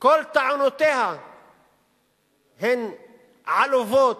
כל טענותיה הן עלובות,